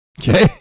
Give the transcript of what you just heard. Okay